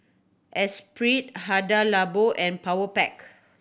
Esprit Hada Labo and Powerpac